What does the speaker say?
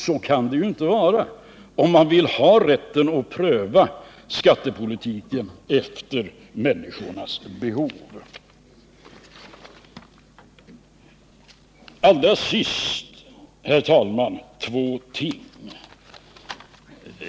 Så kan det ju inte vara, om man vill ha rätten att pröva skattepolitiken efter människornas behov. Allra sist, herr talman, två ting.